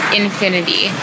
infinity